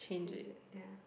to use it ya